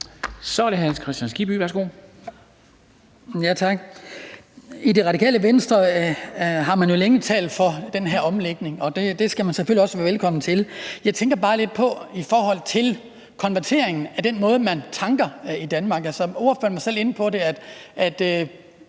Kl. 11:31 Hans Kristian Skibby (DF): Tak. I Det Radikale Venstre har man jo længe talt for den her omlægning, og det skal man selvfølgelig også være velkommen til. I forhold til konverteringen af den måde, man tanker i Danmark, vil jeg sige, at ordføreren selv var inde på det,